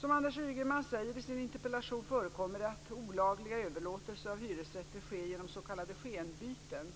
Som Anders Ygeman säger i sin interpellation förekommer det att olagliga överlåtelser av hyresrätter sker genom s.k. skenbyten.